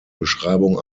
beschreibung